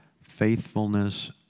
faithfulness